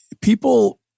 people